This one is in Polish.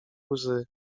łzy